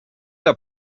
are